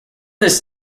this